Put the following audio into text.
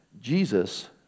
Jesus